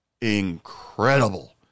incredible